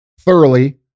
thoroughly